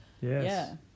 Yes